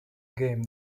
game